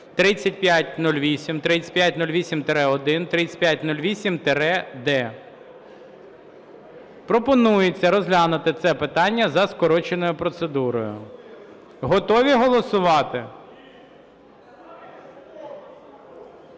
3508, 3508-1, 3508-д). Пропонується розглянути це питання за скороченою процедурою. Готові голосувати?